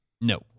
No